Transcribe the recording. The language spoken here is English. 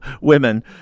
women